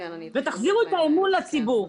כך גם תחזירו את האמון לציבור.